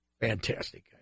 Fantastic